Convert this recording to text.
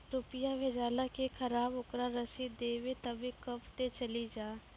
रुपिया भेजाला के खराब ओकरा रसीद देबे तबे कब ते चली जा?